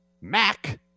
Mac